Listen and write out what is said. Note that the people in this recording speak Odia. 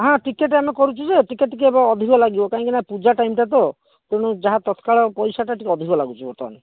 ହଁ ଟିକେଟ୍ ଆମେ କରୁଛୁ ଯେ ଟିକେଟ୍ ଟିକିଏ ଏବେ ଅଧିକ ଲାଗିବ କାହିଁକି ନା ପୂଜା ଟାଇମ୍ଟା ତ ତେଣୁ ଯାହା ତତତ୍କାଳ ପଇସାଟା ଟିକିଏ ଅଧିକ ଲାଗୁଛି ବର୍ତ୍ତମାନ